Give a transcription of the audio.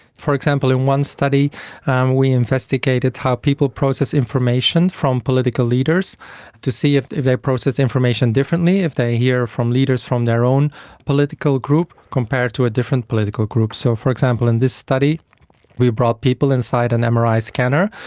for example, in one study we investigated how people process information from political leaders to see if if they process information differently if they hear from leaders from their own political group compared to a different political group. so, for example, in this study we brought people inside an mri scanner.